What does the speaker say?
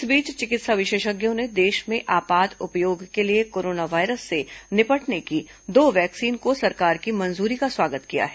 इस बीच चिकित्सा विशेषज्ञों ने देश में आपात उपयोग के लिए कोरोना वायरस से निपटने की दो वैक्सीन को सरकार की मंजूरी का स्वागत किया है